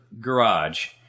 garage